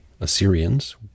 Assyrians